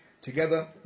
together